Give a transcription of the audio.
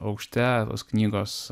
aukšte tos knygos